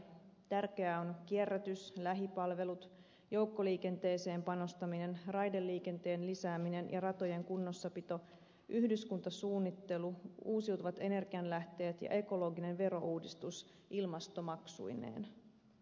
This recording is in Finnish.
tärkeää on kierrätys lähipalvelut joukkoliikenteeseen panostaminen raideliikenteen lisääminen ja ratojen kunnossapito yhdyskuntasuunnittelu uusiutuvat energianlähteet ja ekologinen verouudistus ilmastomaksuineen